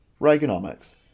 Reaganomics